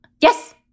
Yes